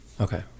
Okay